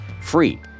free